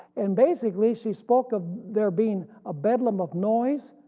and basically she spoke of there being a bedlam of noise,